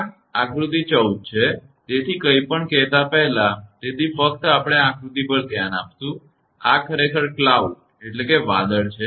આ આકૃતિ 14 છે તેથી કંઈપણ કહેતા પહેલા તેથી ફક્ત આપણે આકૃતિ પર ધ્યાન આપીશું આ ખરેખર વાદળ છે